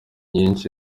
nyinshi